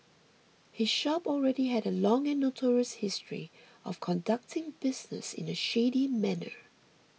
his shop already had a long and notorious history of conducting business in a shady manner